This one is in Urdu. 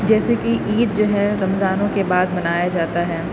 جیسے کہ عید جو ہے رمضانوں کے بعد منایا جاتا ہے